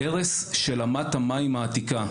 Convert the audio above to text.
ההרס של אמת המים העתיקה,